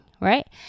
right